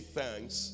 thanks